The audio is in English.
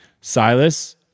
silas